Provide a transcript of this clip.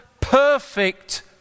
perfect